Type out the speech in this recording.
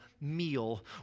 meal